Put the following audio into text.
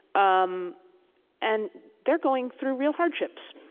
um and they're going through real hardships